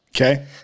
Okay